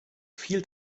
viel